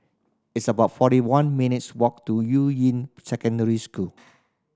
it's about forty one minutes' walk to Yuying Secondary School